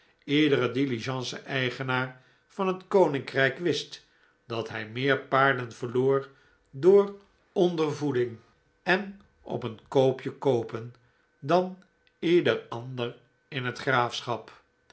iedere diligence eigenaar van het koninkrijk wist dat hij meer paarden verloor door ondervoeding en op een koopje koopen dan ieder ander in het graafschap